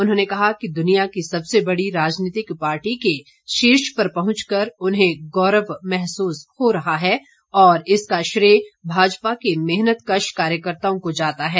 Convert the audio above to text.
उन्होंने कहा कि दुनिया की सबसे बड़ी राजनीतिक पार्टी के शीर्ष पर पहुंच कर उन्हें गौरव महसूस हो रहा है और इसका श्रेय भाजपा के मेहनतकश कार्यकर्त्ताओं को जाता है